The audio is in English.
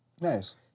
Nice